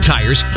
Tires